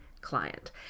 client